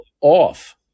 off